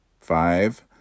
five